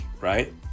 right